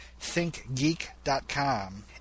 thinkgeek.com